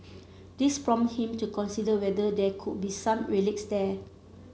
this prompted him to consider whether there could be some relics there